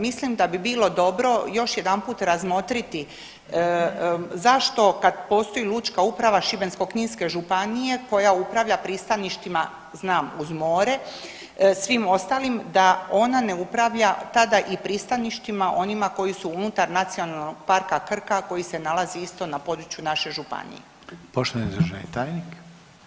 Mislim da bi bilo dobro još jedanput razmotriti zašto kad postoji lučka uprava Šibensko-Kninske županije koja upravlja pristaništima znam, uz more, svim ostalim da ona ne upravlja tada i pristaništima onima koji su unutar Nacionalnog parka Krka koji se nalazi isto na području naše Županije.